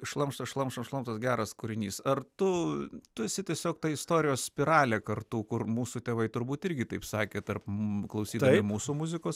šlamštas šlamštas šlamštas geras kūrinys ar tu tu esi tiesiog ta istorijos spiralė kartų kur mūsų tėvai turbūt irgi taip sakė tarp mums klausydami mūsų muzikos